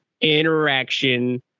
interaction